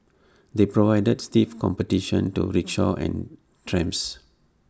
they provided stiff competition to rickshaws and trams